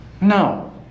No